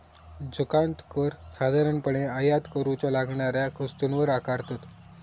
जकांत कर साधारणपणे आयात करूच्या लागणाऱ्या वस्तूंवर आकारतत